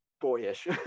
boyish